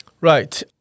Right